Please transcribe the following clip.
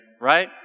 right